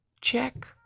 Check